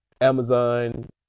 amazon